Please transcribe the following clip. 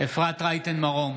אפרת רייטן מרום,